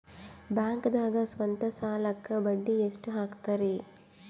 ಬ್ಯಾಂಕ್ದಾಗ ಸ್ವಂತ ಸಾಲಕ್ಕೆ ಬಡ್ಡಿ ಎಷ್ಟ್ ಹಕ್ತಾರಿ?